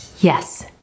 Yes